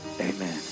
Amen